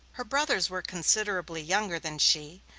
her brothers were considerably younger than she.